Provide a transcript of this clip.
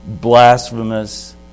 blasphemous